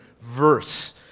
verse